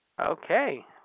Okay